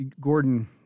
Gordon